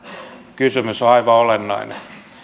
kysymys on aivan olennainen